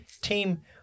team